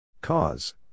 Cause